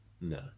No